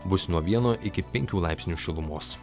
bus nuo vieno iki penkių laipsnių šilumos